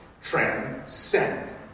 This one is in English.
Transcend